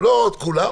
לא את כולם,